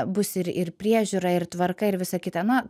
bus ir ir priežiūra ir tvarka ir visa kita na